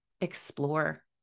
explore